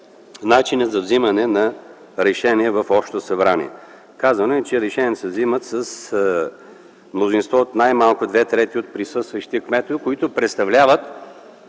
начинът за взимане на решения в общото събрание. Казано е, че решенията се взимат с мнозинство най-малко от две трети от присъстващите кметове, които представляват